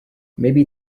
maybe